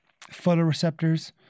photoreceptors